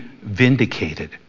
vindicated